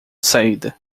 saída